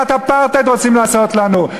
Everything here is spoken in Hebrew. מדינת אפרטהייד רוצים לעשות לנו.